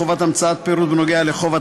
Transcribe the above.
חובת המצאת פירוט בנוגע לחוב),